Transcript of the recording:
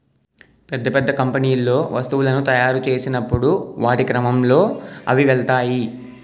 పెద్ద పెద్ద కంపెనీల్లో వస్తువులను తాయురు చేసినప్పుడు వాటి క్రమంలో అవి వెళ్తాయి